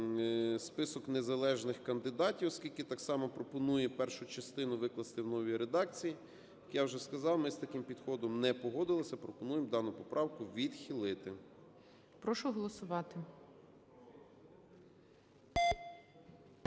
список незалежних кандидатів, оскільки так само пропонує першу частину викласти в новій редакції. Як я вже сказав, ми з таким підходом не погодилися, пропонуємо дану поправку відхилити. ГОЛОВУЮЧИЙ. Прошу голосувати.